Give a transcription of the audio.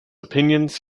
opinions